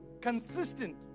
consistent